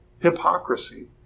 hypocrisy